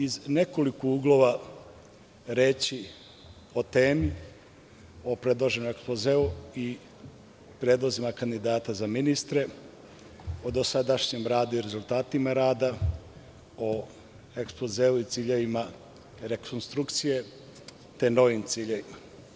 Reći ću samo iz nekoliko uglova o temi, o predloženom ekspozeu i predlozima kandidata za ministre, o dosadašnjem radu i rezultatima rada, o ekspozeu i ciljevima rekonstrukcije, te novim ciljevima.